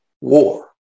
war